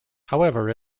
however